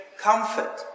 comfort